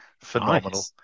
Phenomenal